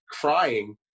crying